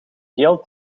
geel